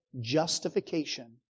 justification